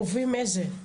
רובים, איזה?